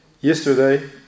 Yesterday